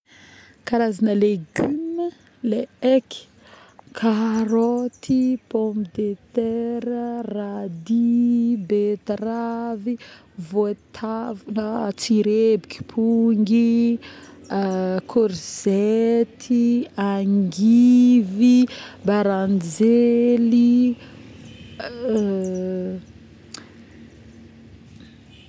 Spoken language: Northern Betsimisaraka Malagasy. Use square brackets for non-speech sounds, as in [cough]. Karazagna légume le haiky karoty, pomme de tera ,radis, betravy, voatavo na tsirebika, pongy, [hesitation] corzety, angivy, baranjely [noise]